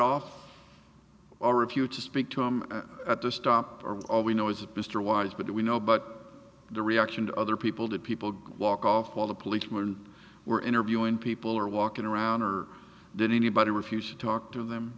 off or if you just speak to him at the stop all we know was mr wise but we know but the reaction of other people to people walk off call the police when we're interviewing people are walking around or did anybody refuse to talk to them